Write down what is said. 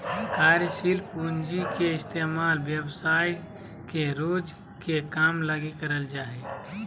कार्यशील पूँजी के इस्तेमाल व्यवसाय के रोज के काम लगी करल जा हय